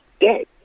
dead